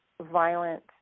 violent